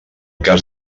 cas